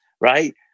right